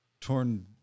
torn